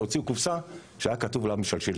הוציאו קופסה שעליה היה כתוב "משלשלים".